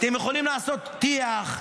אתם יכולים לעשות טיח,